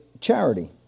charity